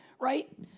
Right